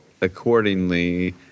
accordingly